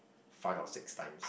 five or six times